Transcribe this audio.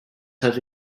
have